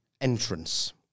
entrance